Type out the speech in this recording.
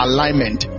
Alignment